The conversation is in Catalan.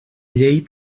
llei